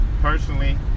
personally